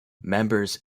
members